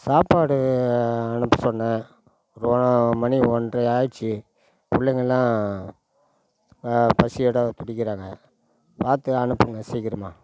சாப்பாடு அனுப்ப சொன்னேன் ரோ மணி ஒன்றரை ஆகிடுச்சி பிள்ளைங்கள்லாம் பசியோடு துடிக்கிறாங்க பார்த்து அனுப்புங்க சீக்கிரமாக